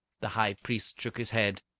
the high priest shook his head.